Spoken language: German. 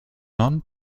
non